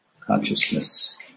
Consciousness